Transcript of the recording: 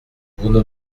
vous